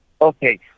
Okay